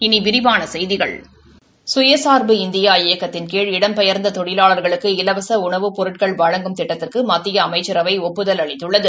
இனி விரிவான செய்திகள் சுயசா்பு இந்தியா இயக்கத்தின் கீழ் இடம்பெயா்ந்த தொழிலாளா்களுக்கு இலவச உணவுப் பொருட்கள் வழங்கும் திட்டத்திற்கு மத்திய அமைச்சரவை ஒப்புதல் அளித்துள்ளது